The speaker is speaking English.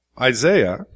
Isaiah